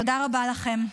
תודה רבה לכם.